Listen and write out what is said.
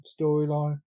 storyline